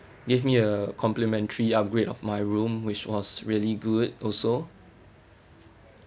give me a complimentary upgrade of my room which was really good also